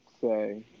say